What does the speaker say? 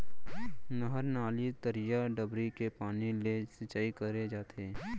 नहर, नाली, तरिया, डबरी के पानी ले सिंचाई करे जाथे